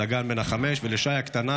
לדגן בן החמש ולשי הקטנה,